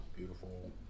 beautiful